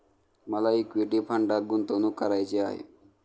मला इक्विटी फंडात गुंतवणूक करायची आहे